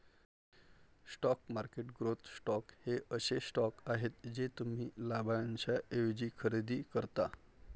stock market growth stocks हे असे stocks आहेत जे तुम्ही लाभांशाऐवजी खरेदी करता